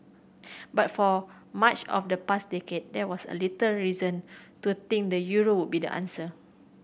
but for much of the past decade there was a little reason to think the euro would be the answer